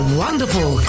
wonderful